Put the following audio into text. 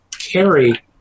carry